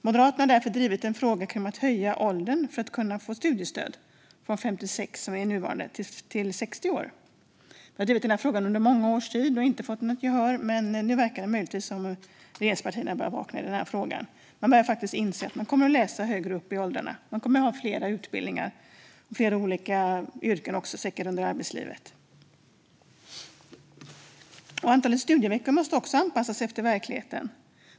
Moderaterna har därför drivit frågan om att höja åldersgränsen för att kunna få studiestöd från den nuvarande gränsen på 56 år till 60 år. Vi har drivit denna fråga under många års tid utan att få något gehör, men nu börjar regeringspartierna möjligtvis vakna i den här frågan. De börjar faktiskt inse att människor kommer att läsa högre upp i åldrarna. Människor kommer att ha flera utbildningar och säkert också flera olika yrken under arbetslivet. Antalet studieveckor måste också anpassas efter verkligheten.